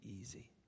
easy